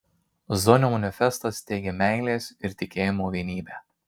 zonio manifestas teigia meilės ir tikėjimo vienybę